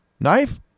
Knife